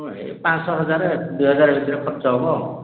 ହଁ ଏ ପାଞ୍ଚଶହ ହଜାର ଦୁଇ ହଜାର ଭିତରେ ଖର୍ଚ୍ଚ ହବ